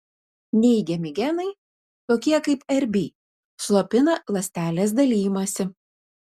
neigiami genai tokie kaip rb slopina ląstelės dalijimąsi